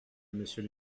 monsieur